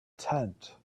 tent